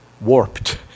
warped